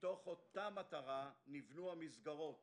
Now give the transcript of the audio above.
מתוך אותה מטרה נבנו המסגרות